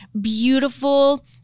beautiful